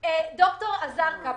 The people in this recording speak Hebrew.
פרופ'